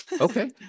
Okay